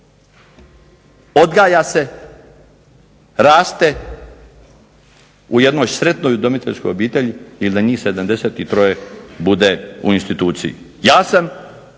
odgaja se raste u jednoj sretnoj udomiteljskoj obitelji ili da njih 73 bude u instituciji? Ja sam